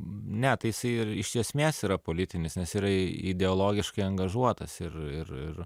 ne tai jisai ir iš esmės yra politinis nes yra ideologiškai angažuotas irir ir